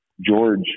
George